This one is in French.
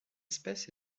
espèce